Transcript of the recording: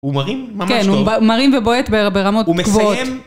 הוא מרים ממש טוב. כן, הוא מרים ובועט ברמות גבוהות. הוא מסיים...